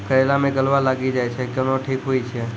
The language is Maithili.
करेला मे गलवा लागी जे छ कैनो ठीक हुई छै?